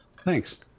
Thanks